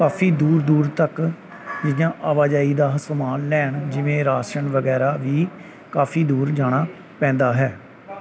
ਕਾਫੀ ਦੂਰ ਦੂਰ ਤੱਕ ਆਵਾਜਾਈ ਦਾ ਸਮਾਨ ਲੈਣ ਜਿਵੇਂ ਰਾਸ਼ਨ ਵਗੈਰਾ ਵੀ ਕਾਫੀ ਦੂਰ ਜਾਣਾ ਪੈਂਦਾ ਹੈ